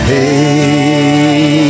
Hey